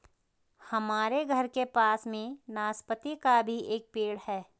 हमारे घर के पास में नाशपती का भी एक पेड़ है